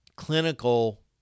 clinical